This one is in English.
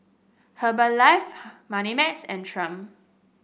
Herbalife Moneymax and Triumph